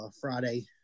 Friday